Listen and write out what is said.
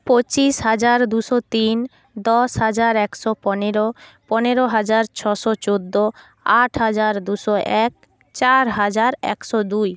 পঁচিশ হাজার দুশো তিন দশ হাজার একশো পনেরো পনেরো হাজার ছশো চোদ্দো আট হাজার দুশো এক চার হাজার একশো দুই